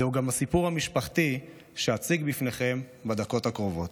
זהו גם הסיפור המשפחתי שאציג בפניכם בדקות הקרובות.